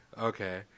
Okay